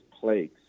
plagues